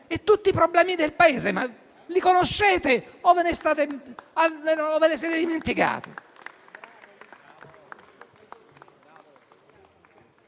ma tutti i problemi del Paese li conoscete o ve ne siete dimenticati?